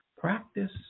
practice